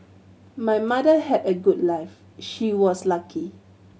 my mother had a good life she was lucky